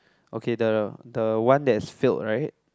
okay the the one that's filled right